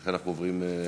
ולכן אנחנו עוברים להצבעה.